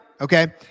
Okay